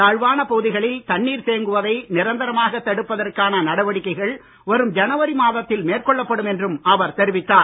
தாழ்வான பகுதிகளில் தண்ணீர் தேங்குவதை நிரந்தரமாகத் தடுப்பதற்கான நடவடிக்கைகள் வரும் ஜனவரி மாதத்தில் மேற்கொள்ளப்படும் என்றும் அவர் தெரிவித்தார்